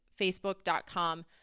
facebook.com